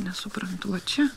nesuprantu va čia